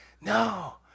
no